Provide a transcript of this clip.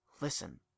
Listen